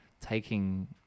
taking